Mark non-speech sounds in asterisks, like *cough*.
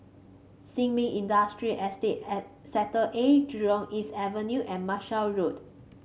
Sin Ming Industrial Estate *unintelligible* Sector A Jurong East Avenue and Marshall Road